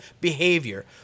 behavior